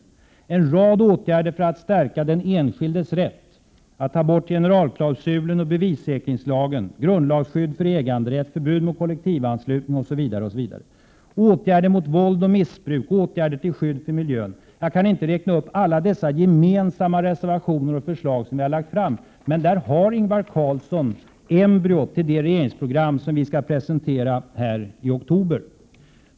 Det är en rad åtgärder för att stärka den enskildes rätt, att ta bort generalklausulen och bevissäkringslagen, grundlagsskydd för äganderätt, förbud mot kollektivanslutning, osv. Det är åtgärder mot våld och missbruk samt till skydd för miljön. Jag kan inte räkna upp alla de gemensamma reservationer och förslag som vi har lagt fram, men där har Ingvar Carlsson embryot till det regeringsprogram som vi skall presentera i oktober.